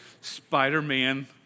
Spider-Man